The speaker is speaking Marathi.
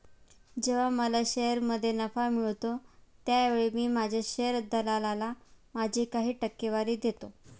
जेव्हा मला शेअरमध्ये नफा मिळतो त्यावेळी मी माझ्या शेअर दलालाला माझी काही टक्केवारी देतो